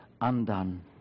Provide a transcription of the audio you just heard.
undone